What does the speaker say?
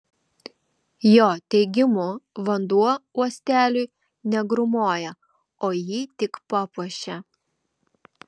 jo teigimu vanduo uosteliui negrūmoja o jį tik papuošia